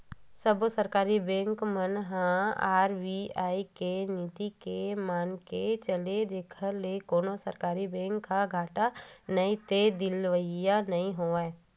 सब्बो सरकारी बेंक मन ह आर.बी.आई के नीति ल मनाके चले जेखर ले कोनो सरकारी बेंक ह घाटा नइते दिवालिया नइ होवय